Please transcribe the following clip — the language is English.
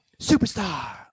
Superstar